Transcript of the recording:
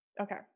okay